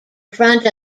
front